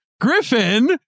Griffin